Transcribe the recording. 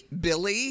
Billy